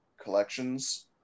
collections